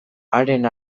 haren